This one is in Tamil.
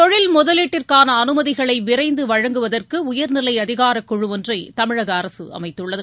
தொழில் முதலீட்டுக்கான அனுமதிகளை விரைந்து வழங்குவதற்கு உயர் நிலை அதிகார குழு ஒன்றை தமிழக அரசு அமைத்துள்ளது